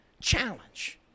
challenge